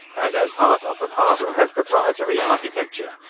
and as part of the parcel had proprietary architecture,